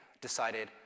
decided